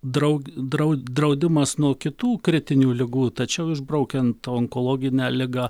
draug drau draudimas nuo kitų kritinių ligų tačiau išbraukiant onkologinę ligą